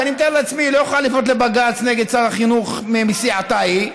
כי אני מתאר לעצמי שהיא לא יכולה לפנות לבג"ץ נגד שר החינוך מסיעתה היא,